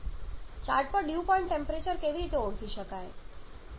chart પર dew point temperature કેવી રીતે ઓળખી શકાય